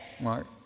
Mark